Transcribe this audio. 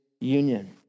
union